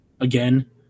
again